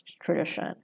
tradition